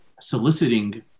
soliciting